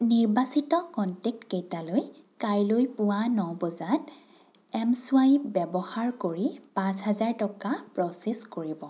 নিৰ্বাচিত কনটেক্টকেইটালৈ কাইলৈ পুৱা ন বজাত এম চোৱাইপ ব্যৱহাৰ কৰি পাঁচ হেজাৰ টকা প্ৰ'চেছ কৰিব